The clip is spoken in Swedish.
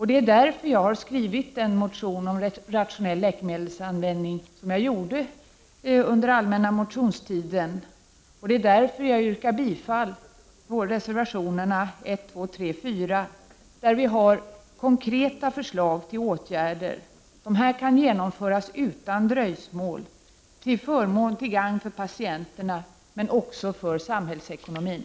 Det är därför jag har skrivit en motion om rationell läkemedelsanvändning, vilket jag gjorde under allmänna motionstiden, och det är därför jag yrkar bifall till reservationerna 1, 2, 3 och 4, där vi har konkreta förslag till åtgärder som kan genomföras utan dröjsmål, till gagn för patienterna men också för samhällsekonomin.